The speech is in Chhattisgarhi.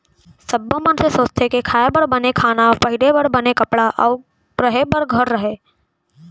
सब्बो मनसे सोचथें के खाए बर बने खाना, पहिरे बर बने कपड़ा अउ रहें बर घर रहय